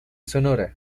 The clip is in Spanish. sonora